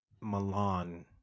Milan